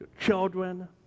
Children